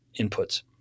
inputs